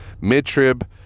mid-trib